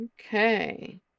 Okay